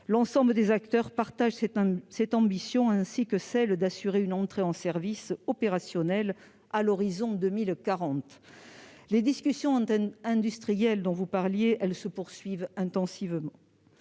l'ensemble des acteurs partagent cette ambition, ainsi que celle d'assurer une entrée en service opérationnel à l'horizon de 2040. Les discussions industrielles dont vous parliez se poursuivent intensivement